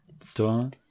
store